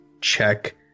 check